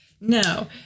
No